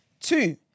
Two